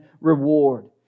reward